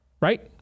right